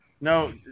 No